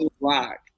black